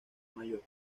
mayor